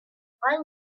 while